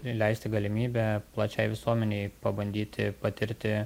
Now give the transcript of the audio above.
leisti galimybę plačiai visuomenei pabandyti patirti